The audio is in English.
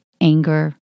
anger